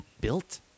built